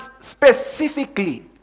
specifically